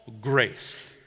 grace